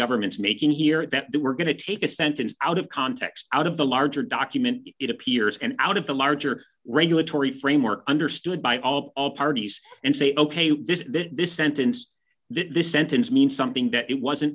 government's making here that they were going to take a sentence out of context out of the larger document it appears and out of the larger regulatory framework understood by all parties and say ok this that this sentence this sentence means something that it wasn't